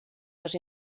les